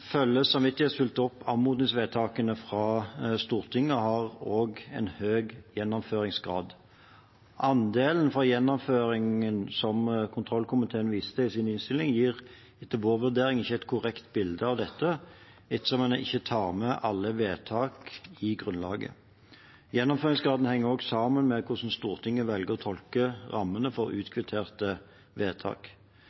opp anmodningsvedtakene fra Stortinget og har også en høy gjennomføringsgrad. Andelen for gjennomføringen som kontrollkomiteen viser til i sin innstilling, gir etter vår vurdering ikke et korrekt bilde av dette ettersom en ikke tar med alle vedtak i grunnlaget. Gjennomføringsgraden henger også sammen med hvordan Stortinget velger å tolke rammene for